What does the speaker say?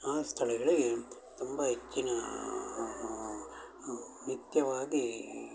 ಆ ಸ್ಥಳಗಳಿಗೆ ತುಂಬ ಹೆಚ್ಚಿನಾ ನಿತ್ಯವಾಗೀ